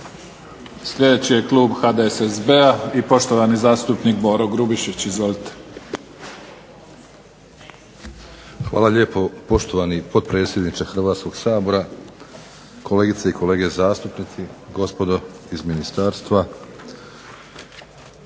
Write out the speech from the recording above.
Sljedeći je klub HDSSB-a i poštovani zastupnik Boro Grubišić. Izvolite. **Grubišić, Boro (HDSSB)** Hvala lijepo poštovani potpredsjedniče Hrvatskog sabora, kolegice i kolege zastupnici, gospodo iz ministarstva.